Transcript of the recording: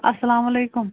اسلام علیکُم